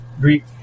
Greek